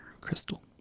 Crystal